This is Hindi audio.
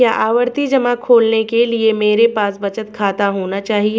क्या आवर्ती जमा खोलने के लिए मेरे पास बचत खाता होना चाहिए?